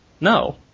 No